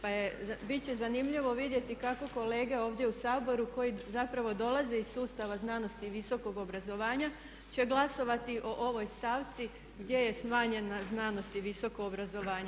Pa je, biti će zanimljivo vidjeti kako kolege ovdje u Saboru koji zapravo dolaze iz sustava znanosti i visokog obrazovanja će glasovati o ovoj stavci gdje je smanjena znanost i visoko obrazovanje.